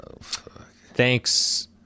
thanks